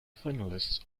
finalists